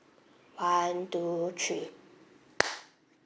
one two three